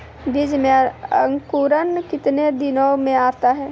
बीज मे अंकुरण कितने दिनों मे आता हैं?